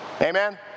Amen